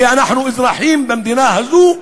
כי אנחנו אזרחים במדינה הזאת,